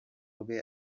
bwe